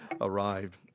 arrived